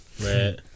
right